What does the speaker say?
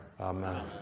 Amen